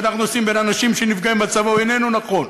שאנחנו עושים בין אנשים שנפגעים בצבא איננו נכון,